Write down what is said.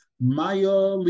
Maya